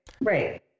right